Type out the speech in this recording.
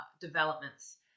developments